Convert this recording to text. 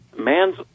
man's